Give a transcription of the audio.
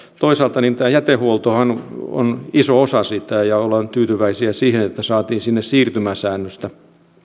toisaalta tämä jätehuoltohan on on iso osa sitä ja olemme tyytyväisiä siihen että saatiin sinne siirtymäsäännöstä